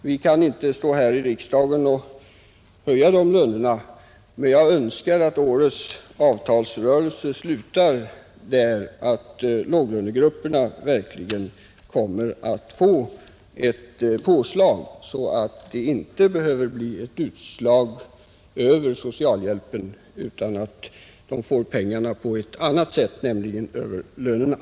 Vi kan inte stå här i riksdagen och höja de lönerna, men jag önskar att årets avtalsrörelse slutar med att låglönegrupperna verkligen får ett sådant tillägg att deras situation inte behöver ge utslag i ökade socialhjälpskostnader utan att de får de pengar de behöver över lönekontot.